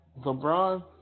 LeBron